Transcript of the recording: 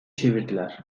çevirdiler